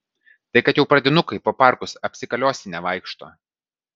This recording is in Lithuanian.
tai kad jau pradinukai po parkus apsikaliosinę vaikšto